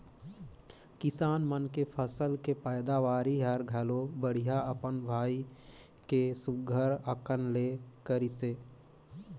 किसान मन के फसल के पैदावरी हर घलो बड़िहा अपन भाई के सुग्घर अकन ले करिसे